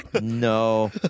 No